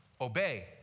obey